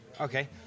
Okay